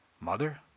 Mother